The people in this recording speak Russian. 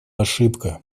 ошибка